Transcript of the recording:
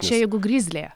čia jeigu grizlė